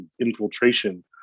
infiltration